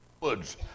woods